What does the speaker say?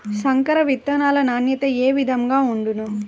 సంకర విత్తనాల నాణ్యత ఏ విధముగా ఉండును?